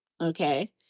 okay